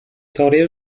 teorię